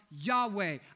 Yahweh